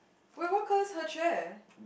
wait what colour is her chair